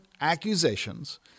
accusations